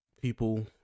people